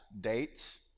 dates